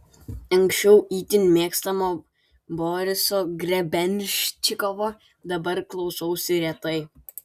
anksčiau itin mėgstamo boriso grebenščikovo dabar klausausi retai